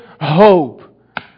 hope